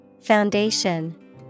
Foundation